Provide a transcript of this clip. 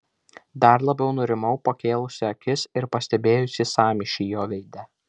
dar labiau nurimau pakėlusi akis ir pastebėjusi sąmyšį jo veide